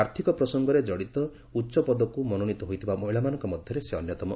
ଆର୍ଥକ ପ୍ରସଙ୍ଗରେ କଡ଼ିତ ଉଚ୍ଚ ପଦକୁ ମନୋନୀତ ହୋଇଥିବା ମହିଳାମାନଙ୍କ ମଧ୍ୟରେ ସେ ଅନ୍ୟତମ